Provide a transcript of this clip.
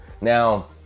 Now